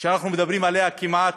שאנחנו מדברים עליה כמעט,